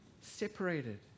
separated